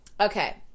Okay